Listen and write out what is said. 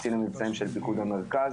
קצין המבצעים של פיקוד המרכז.